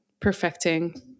perfecting